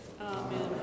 Amen